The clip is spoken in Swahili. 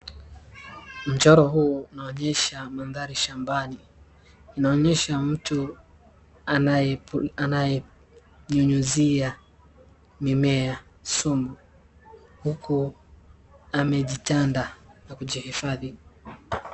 Mchoro huu unaonyesha mandhari shambani, inaonyesha mtu anayenyunyizia mimea sumu huku amejitanda na kujihifadhi.